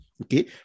okay